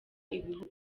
ibihugu